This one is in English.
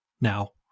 now